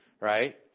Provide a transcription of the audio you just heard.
right